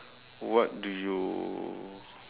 what do you